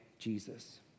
Jesus